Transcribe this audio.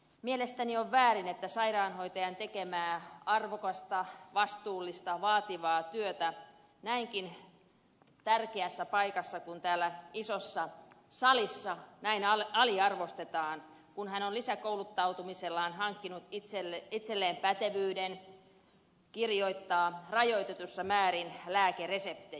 mielestäni on väärin että sairaanhoitajan tekemää arvokasta vastuullista vaativaa työtä näinkin tärkeässä paikassa kuin täällä isossa salissa näin aliarvostetaan kun hän on lisäkouluttautumisellaan hankkinut itselleen pätevyyden kirjoittaa rajoitetussa määrin lääkereseptejä